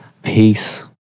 Peace